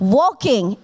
walking